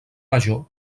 major